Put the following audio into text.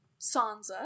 Sansa